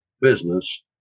business